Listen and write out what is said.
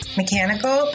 mechanical